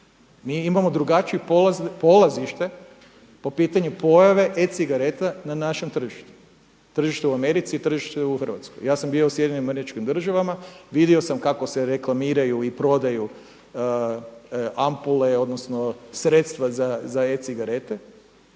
Mi imamo drugačije polazište po pitanju pojave e-cigareta na našem tržištu, tržištu u Americi, tržištu u Hrvatskoj. Ja sam bio u SAD-u, vidio sam kako se reklamiraju i prodaju ampule, odnosno sredstva za e-cigarete